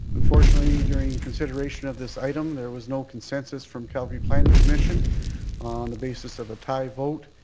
unfortunately during consideration of this item, there was no consensus from calgary planning commission on the basis of a tie vote.